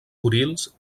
kurils